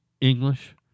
English